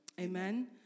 Amen